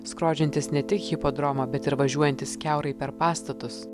skrodžiantys ne tik hipodromą bet ir važiuojantys kiaurai per pastatus